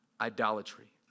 idolatry